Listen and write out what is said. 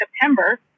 September